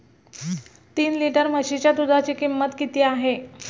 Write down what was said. तीन लिटर म्हशीच्या दुधाची किंमत किती आहे?